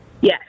Yes